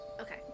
Okay